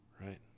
right